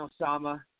Osama